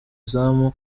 izamu